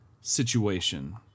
situation